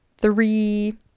three